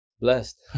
Blessed